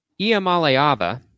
Iamaleava